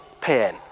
pain